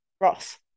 Ross